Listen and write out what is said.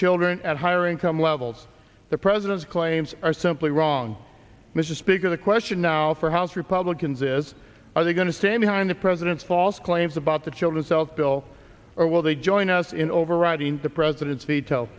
children at higher income levels the president's claims are simply wrong mr speaker the question now for house republicans is are they going to say behind the president's false claims about the children's health bill or will they join us in overriding the president's vet